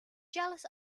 jealous